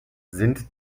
sind